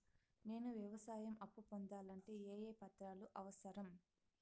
నేను వ్యవసాయం అప్పు పొందాలంటే ఏ ఏ పత్రాలు అవసరం?